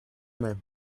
then